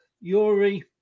Yuri